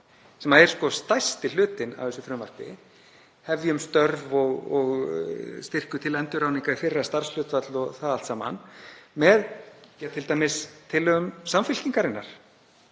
sem er stærsti hlutinn af þessu frumvarpi, Hefjum störf, styrkur til endurráðningar í fyrra starfshlutfall og það allt saman, með t.d. tillögum Samfylkingarinnar